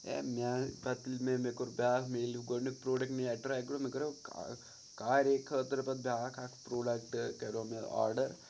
ہے مےٚ پَتہٕ ییٚلہِ مےٚ مےٚ کوٚر بیاکھ میٚلوٗ گۄڈنیُک پرٛوڈَکٹ مےٚ اٮ۪ڈرَس گوٚو مےٚ کَرو کارے خٲطرٕ پَتہٕ بیٛاکھ اَکھ پرٛوڈَکٹ کَریو مےٚ آرڈَر